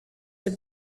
have